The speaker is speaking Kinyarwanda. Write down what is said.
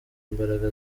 imbaraga